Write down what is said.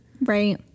Right